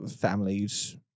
families